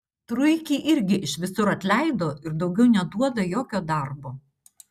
truikį irgi iš visur atleido ir daugiau neduoda jokio darbo